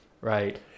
right